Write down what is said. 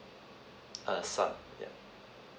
uh son yeah